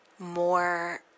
more